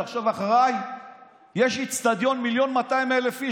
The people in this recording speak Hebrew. תחשוב שאחריי יש אצטדיון של מיליון ו-200,000 איש,